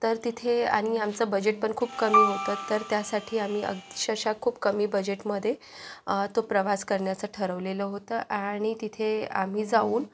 तर तिथे आणि आमचा बजेट पण खूप कमी होतं तर त्यासाठी आम्ही अक्षरशः खूप कमी बजेटमध्ये तो प्रवास करण्याचं ठरवलेलं होतं आणि तिथे आम्ही जाऊन